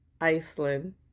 Iceland